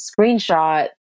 screenshot